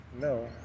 No